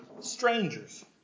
strangers